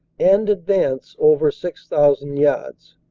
and advance over six thousand yards.